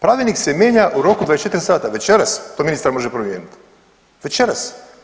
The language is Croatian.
Pravilnik se mijenja u roku 24 sata, večeras to ministar može promijeniti, večeras.